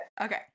Okay